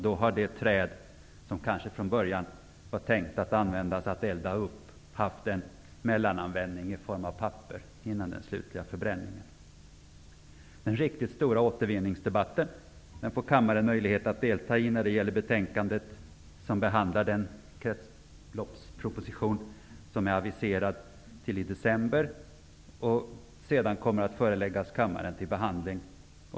Då har det träd som man från början hade tänkt elda upp kommit till ''mellananvändning'' i form av papper innan den slutliga förbränningen. Den riktigt stora återvinningsdebatten får kammaren möjlighet att delta i när det betänkande som behandlar den s.k. kretsloppspropositionen, som regeringen aviserat skall komma i december, föreligger till behandling.